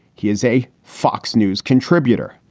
he is a fox news contributor.